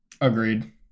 Agreed